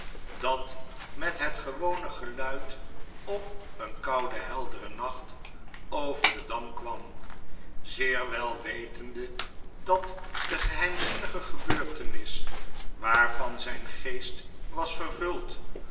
dat met het gewone geluid op een kouden helderen nacht over den dam kwam zeer wel wetende dat de geheimzinnige gebeurtenis waarvan zyn geest was vervuld